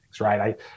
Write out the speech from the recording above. Right